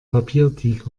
papiertiger